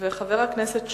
חבר הכנסת שואל: